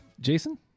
Jason